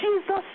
Jesus